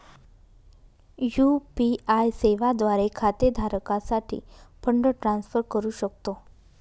UPI सेवा द्वारे खाते धारकासाठी फंड ट्रान्सफर करू शकतो